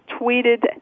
tweeted